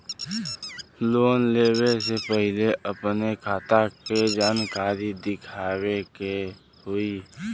Loan लेवे से पहिले अपने खाता के जानकारी दिखावे के होई?